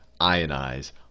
ionize